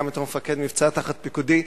גם בתור מפקד מבצע תחת פיקודי.